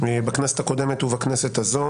בכנסת הקודמת ובכנסת הזו.